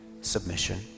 submission